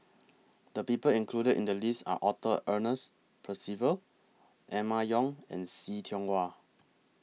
The People included in The list Are Arthur Ernest Percival Emma Yong and See Tiong Wah